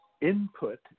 input